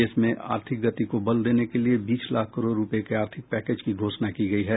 देश में आर्थिक गति को बल देने के लिए बीस लाख करोड रुपये के आर्थिक पैकेज की घोषणा की गयी है